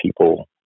people